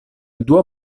dua